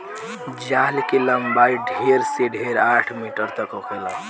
जाल के लम्बाई ढेर से ढेर आठ मीटर तक होखेला